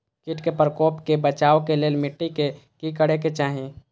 किट के प्रकोप से बचाव के लेल मिटी के कि करे के चाही?